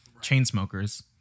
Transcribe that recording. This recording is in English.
Chainsmokers